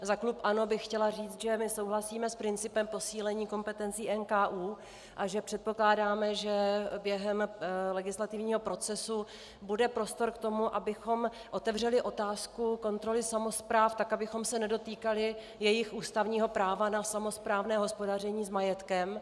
Za klub ANO bych chtěla říct, že my souhlasíme s principem posílení kompetencí NKÚ a že předpokládáme, že během legislativního procesu bude prostor k tomu, abychom otevřeli otázku kontroly samospráv tak, abychom se nedotýkali jejich ústavního práva na samosprávné hospodaření s majetkem.